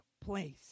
place